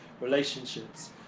relationships